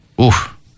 Oof